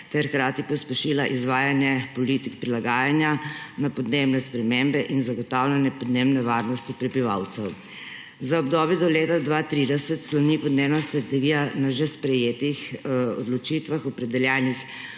ter hkrati pospešila izvajanje politik prilagajanja na podnebne spremembe in zagotavljanje podnebne varnosti prebivalcev. Za obdobje do leta 2030 sloni podnebna strategija na že sprejetih odločitvah, opredeljenih